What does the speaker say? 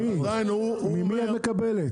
הבנו, הוא אומר --- ממי את מקבלת?